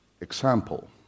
Example